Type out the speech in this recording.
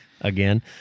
again